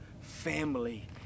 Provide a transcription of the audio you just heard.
family